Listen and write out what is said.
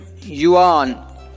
Yuan